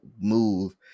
move